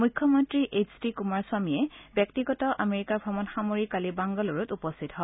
মুখ্যমন্ত্ৰী H D কুমাৰস্বামীয়ে ব্যক্তিগত আমেৰিকা ভ্ৰমণ সামৰি কালি বাংগালুৰুত উপস্থিত হয়